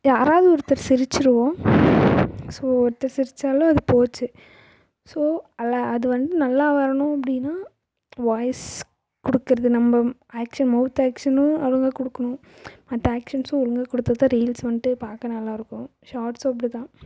யாரவது ஒருத்தர் சிரிச்சிடுவோம் ஸோ ஒருத்தர் சிரிச்சாலும் அது போய்ச்சி ஸோ அதில் அது வந்து நல்லா வரணும் அப்படின்னா வாய்ஸ் கொடுக்கறது நம்ம ஆக்ஷன் மௌத் ஆக்ஷனும் ஒழுங்காக கொடுக்கணும் மற்ற ஆக்ஷன்ஸும் ஒழுங்காக கொடுத்தா தான் ரீல்ஸ் வந்துட்டு பார்க்க நல்லா இருக்கும் ஷார்ட்ஸும் அப்படி தான்